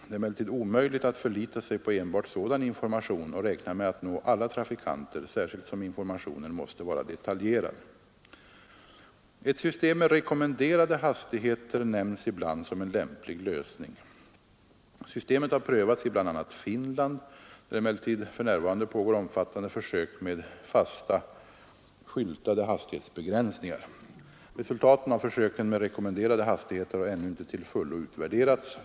Det är emellertid omöjligt att förlita sig på enbart sådan information och räkna med att nå alla trafikanter, särskilt som informationen måste vara detaljerad. Ett system med rekommenderade hastigheter nämns ibland som en lämplig lösning. Systemet har prövats i bl.a. Finland, där det emellertid för närvarande pågår omfattande försök med fasta, skyltade hastighetsbegränsningar. Resultaten av försöken med rekommenderade hastigheter har ännu inte till fullo utvärderats.